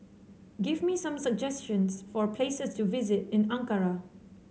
give me some suggestions for places to visit in Ankara